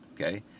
okay